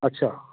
ਅੱਛਾ